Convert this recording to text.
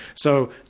so,